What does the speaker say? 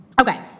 Okay